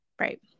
Right